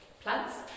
plants